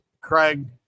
Craig